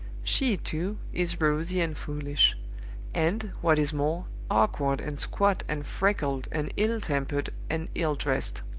she, too, is rosy and foolish and, what is more, awkward and squat and freckled, and ill-tempered and ill-dressed.